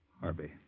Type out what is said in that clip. Harvey